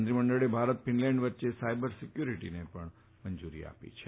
મંત્રીમંડળે ભારત ફીનલેન્ડ વચ્ચે સાયબર સિક્યોરિટીને મંજુરી આપી છે